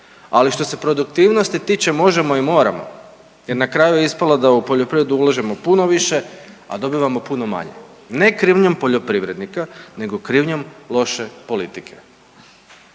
ali što se produktivnosti tiče, možemo i moramo jer na kraju je ispalo da u poljoprivredu ulažemo puno više, a dobivamo puno manje. Ne krivnjom poljoprivrednika nego krivnjom loše politike.